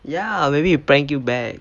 ya maybe he prank you back